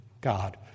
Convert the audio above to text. God